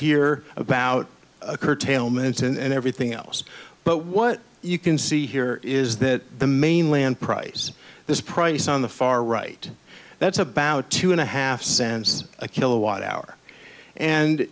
here about curtailments and everything else but what you can see here is that the mainland price this price on the far right that's about two and a half cents a kilowatt hour and